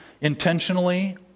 intentionally